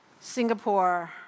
Singapore